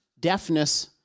Deafness